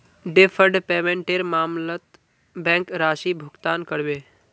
deferred पेमेंटेर मामलत bank राशि भुगतान करबे